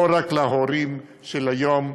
לא רק להורים של היום,